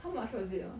how much was it ah